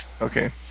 Okay